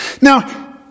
Now